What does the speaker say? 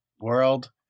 world